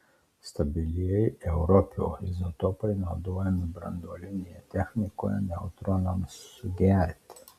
stabilieji europio izotopai naudojami branduolinėje technikoje neutronams sugerti